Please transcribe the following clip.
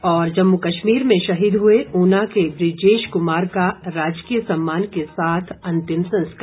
और जम्मू कश्मीर में शहीद हुए ऊना के बृजेश कुमार का राजकीय सम्मान के साथ अंतिम संस्कार